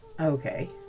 Okay